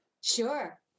Sure